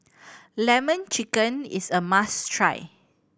Lemon Chicken is a must try